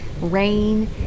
rain